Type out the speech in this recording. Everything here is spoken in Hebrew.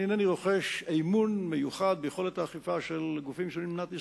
רוחש אמון מיוחד ליכולת האכיפה של גופים שונים במדינת ישראל,